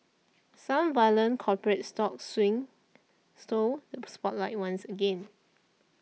some violent corporate stock swings stole the spotlight once again